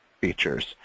features